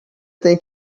tem